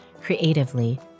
creatively